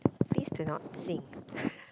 please do not sing